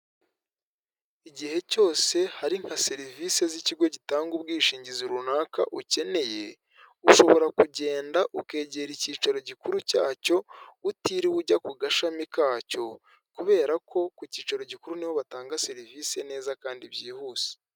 Igihe cyose hari nka serivisi z'ikigo gitanga ubwishingizi runaka ukeneye, ushobora kugenda ukegera icyicaro gikuru cyacyo utiriwe ujya ku gashami kacyo kubera ko ku cyicaro gikuru niho batanga serivisi neza kandi byihuse .